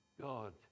God